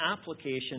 application